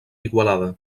igualada